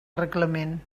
reglament